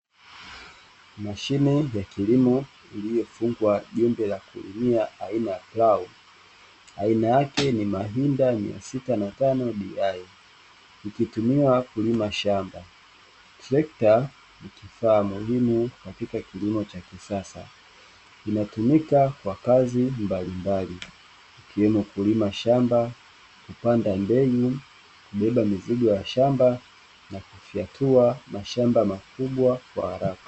mashine ya kilimo iliyofungwa jembe la kulimia aina ya plau aina yake ni maginda miasita na tano( DEI) ikitumia kulima shamba trekta ni kifaa muhimu katika kilimo cha kisasa linatumika kwa kazi mbalimbali ikiwemo kulima shamba, kupanda mbegu, kubebeba mizigo ya shamba na kufyatua mashamba makubwa kwa haraka.